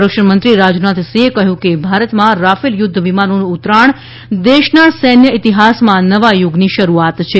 સંરક્ષણમંત્રી રાજનાથસિંહે કહ્યું છે કે ભારતમાં રાફેલ યુદ્ધ વિમાનોનું ઉતરાણ દેશના સૈન્ય ઇતિહાસમાં નવા યુગની શરૂઆત છે